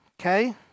okay